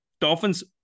Dolphins